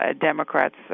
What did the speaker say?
Democrats